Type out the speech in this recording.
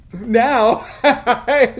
now